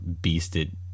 beasted